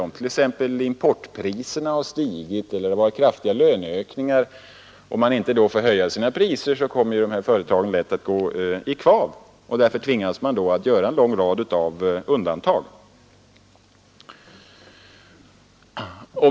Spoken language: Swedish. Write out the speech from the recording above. Om t.ex. importpriserna har stigit eller om det varit kraftiga löneökningar och priserna inte får höjas, kommer företagen lätt att gå i kvav. Därför blir man tvungen att göra en lång rad av undantag.